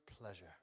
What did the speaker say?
pleasure